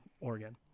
Oregon